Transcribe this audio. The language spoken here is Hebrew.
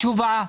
תשובה.